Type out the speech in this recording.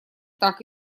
так